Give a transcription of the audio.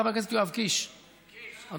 מוותר, חבר הכנסת יואב קיש, מוותר,